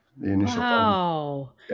Wow